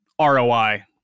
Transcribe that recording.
ROI